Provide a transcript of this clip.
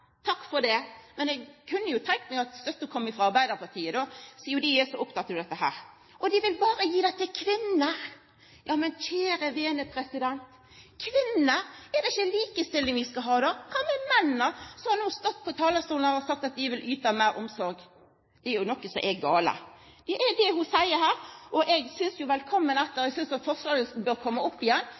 Takk for det, men eg kunne tenkt meg at støtta kom frå Arbeidarpartiet, sia dei er så opptekne av dette. Og dei vil berre gi det til kvinnene. Men kjære vene, er det ikkje likestilling vi skal ha, då? Kva med menn, som har stått på talarstolen og sagt at dei vil yta meir omsorg? Det er jo noko som er gale. Eg seier: Velkommen etter, eg synest forslaget bør komma opp igjen, og då skal vi gjerne støtta det, men då skal det gjelda både kvinner og menn. Og kva med dei eldre som berre har gutar? Er det